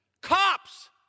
Cops